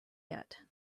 yet